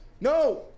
No